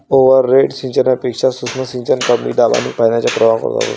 overhead सिंचनापेक्षा सूक्ष्म सिंचन कमी दाब आणि पाण्याचा प्रवाह वापरतो